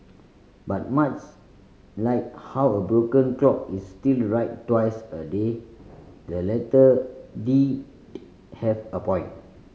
but much like how a broken clock is still right twice a day the letter did have a point